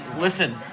Listen